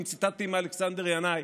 אם ציטטתי מאלכסנדר ינאי,